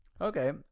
Okay